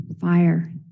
fire